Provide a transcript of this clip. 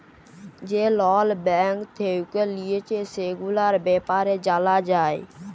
যে লল ব্যাঙ্ক থেক্যে লিয়েছে, সেগুলার ব্যাপারে জালা যায়